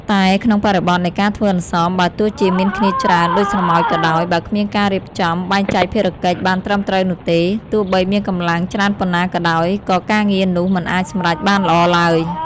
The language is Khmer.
តែក្នុងបរិបទនៃការធ្វើអន្សម បើទោះជាមានគ្នាច្រើនដូចស្រមោចក៏ដោយ បើគ្មានការរៀបចំ បែងចែកភារកិច្ច បានត្រឹមត្រូវនោះទេ ទោះបីមានកម្លាំងច្រើនប៉ុណ្ណាក៏ដោយ ក៏ការងារនោះមិនអាចសម្រេចបានល្អឡើយ។